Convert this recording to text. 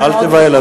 אל תיבהל,